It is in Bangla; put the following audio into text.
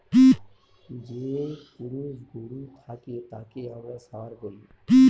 যে পুরুষ গরু থাকে তাকে আমরা ষাঁড় বলি